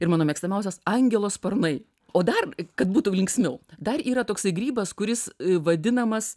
ir mano mėgstamiausias angelo sparnai o dar kad būtų linksmiau dar yra toksai grybas kuris vadinamas